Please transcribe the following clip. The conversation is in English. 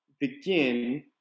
begin